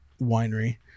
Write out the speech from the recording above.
winery